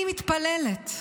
אני מתפללת.